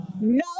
No